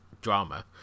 drama